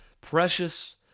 Precious